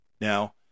Now